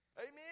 Amen